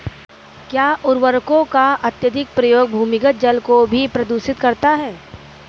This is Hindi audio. क्या उर्वरकों का अत्यधिक प्रयोग भूमिगत जल को भी प्रदूषित करता है?